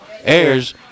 airs